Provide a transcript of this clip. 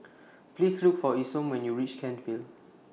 Please Look For Isom when YOU REACH Kent Vale